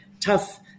tough